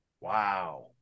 wow